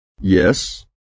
Yes